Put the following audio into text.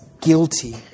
Guilty